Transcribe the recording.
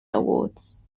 awards